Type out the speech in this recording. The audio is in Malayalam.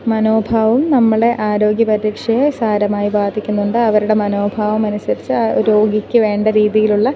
മനോഭാവും നമ്മളുടെ ആരോഗ്യ പരിരക്ഷയെ സാരമായി ബാധിക്കുന്നുണ്ട് അവരുടെ മനോഭാവം അനുസരിച്ച് ആ രോഗിക്കു വേണ്ട രീതിയിലുള്ള